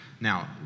Now